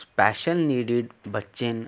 special needed बच्चे न